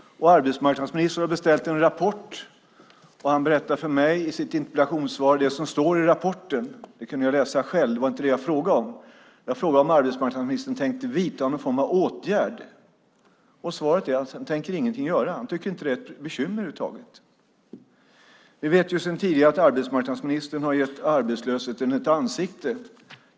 Arbetsmarknadsministern har beställt en rapport, och han berättar för mig i sitt interpellationssvar det som står i rapporten. Det kunde jag läsa själv. Det var inte det jag frågade om. Jag frågade om arbetsmarknadsministern tänkte vidta någon form av åtgärd. Svaret är alltså att han ingenting tänker göra. Han tycker inte att det är ett bekymmer över huvud taget. Vi vet ju sedan tidigare att arbetsmarknadsministern har gett arbetslösheten ett ansikte.